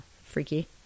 freaky